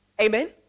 amen